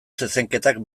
zezenketak